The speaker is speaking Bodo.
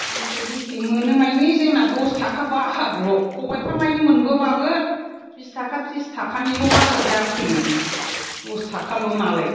बेसे बेसे मोनो मानि जोंना दस थाखा बाहागल' खबाइफा मानि मोनबोब्लाबो बिस थाखा थ्रिस थाखानिल' बाहाग जाफैयो दस थाखाल'नालाय